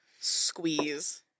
squeeze